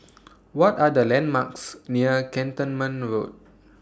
What Are The landmarks near Cantonment Road